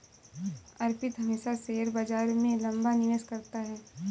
अर्पित हमेशा शेयर बाजार में लंबा निवेश करता है